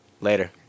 Later